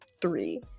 three